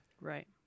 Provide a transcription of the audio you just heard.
Right